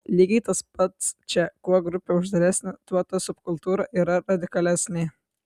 lygiai tas pats čia kuo grupė uždaresnė tuo ta subkultūra yra radikalesnė